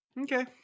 Okay